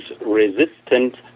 resistant